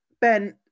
Ben